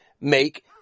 make